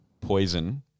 poison